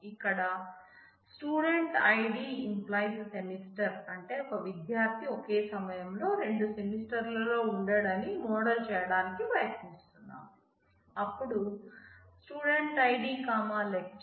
ఇక్కడ StudentID → Semester అంటే ఒక విద్యార్థి ఒకే సమయంలో రెండు సెమిస్టర్లలో ఉండడని మోడల్ చేయడానికి ప్రయత్నిస్తున్నాము అప్పుడు అని చూడవచ్చు